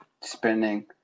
spending